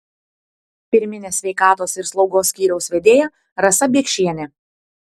pirminės sveikatos ir slaugos skyriaus vedėja rasa biekšienė